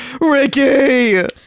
Ricky